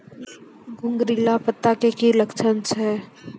घुंगरीला पत्ता के की लक्छण छै?